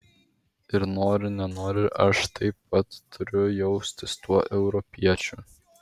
ir nori nenori aš taip pat turiu jaustis tuo europiečiu